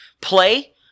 play